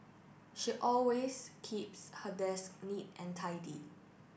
she always keeps her desk neat and tidy